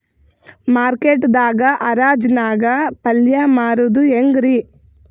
Market ದಾಗ್ ಹರಾಜ್ ನಾಗ್ ಪಲ್ಯ ಮಾರುದು ಹ್ಯಾಂಗ್ ರಿ?